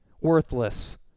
worthless